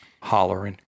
hollering